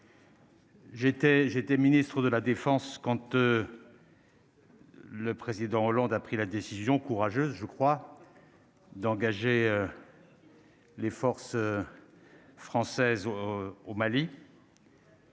j'étais ministre de la Défense compte. Le président Hollande a pris la décision courageuse, je crois, d'engager les forces françaises au Mali.